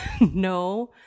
no